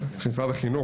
משרד החינוך,